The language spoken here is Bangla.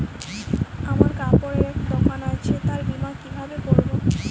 আমার কাপড়ের এক দোকান আছে তার বীমা কিভাবে করবো?